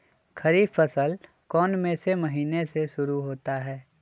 खरीफ फसल कौन में से महीने से शुरू होता है?